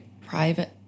private